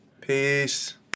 Peace